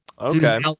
Okay